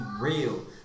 Real